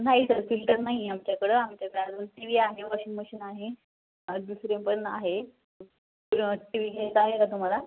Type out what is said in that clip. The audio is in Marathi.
नाही सर फिल्टर नाहीए आमच्याकडं आमच्याकडे अजून टीवी आहे वॉशिंग मशीन आहे दुसरी पण आहे सर टीवी घ्यायचा आहे का तुम्हाला